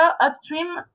upstream